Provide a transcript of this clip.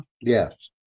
Yes